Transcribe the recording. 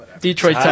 Detroit